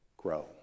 grow